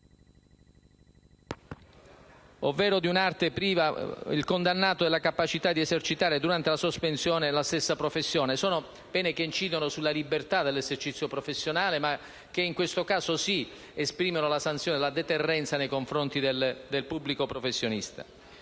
significativo. Priva il condannato della capacità di esercitare, durante la sospensione, la stessa professione. Sono pene che incidono sulla libertà dell'esercizio professionale ma che in questo caso, sì, esprimono la sanzione e la deterrenza nei confronti del pubblico professionista.